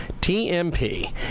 TMP